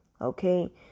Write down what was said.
Okay